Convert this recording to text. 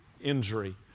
injury